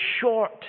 short